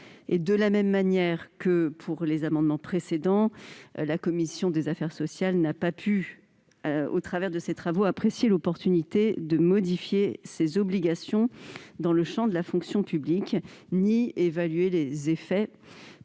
De la même manière que pour les amendements précédents, la commission des affaires sociales n'a pu, au cours de ses travaux, apprécier l'opportunité de modifier ces obligations dans le champ de la fonction publique ni en évaluer les effets